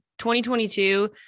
2022